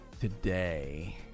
today